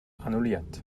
annulliert